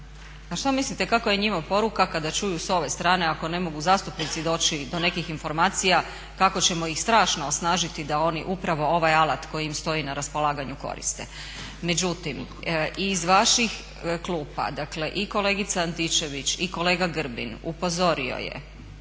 pa šta mislite kakva je njima poruka kada čuju s ove strane ako ne mogu zastupnici doći do nekih informacija kako ćemo ih strašno osnažiti da oni upravo ovaj alat koji im stoji na raspolaganju koriste. Međutim, iz vaših klupa i kolegice Antičević i kolega Grbin upozorio je